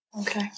Okay